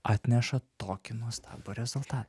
atneša tokį nuostabų rezultat